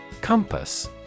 Compass